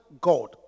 God